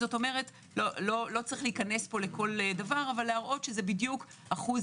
לא צריך להיכנס לכל דבר אבל להראות שזה אחוז